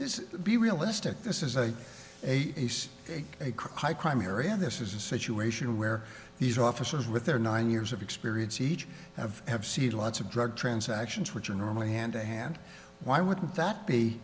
is the realistic this is a crime area this is a situation where these officers with their nine years of experience each of have see lots of drug transactions which are normally hand to hand why wouldn't that be